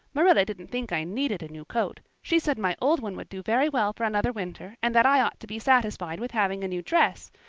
marilla didn't think i needed a new coat. she said my old one would do very well for another winter and that i ought to be satisfied with having a new dress.